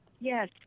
yes